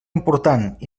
important